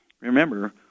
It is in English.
Remember